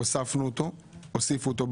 הוספנו אותו בוועדה.